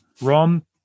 Rom